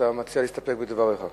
אתה מציע להסתפק בדבריך.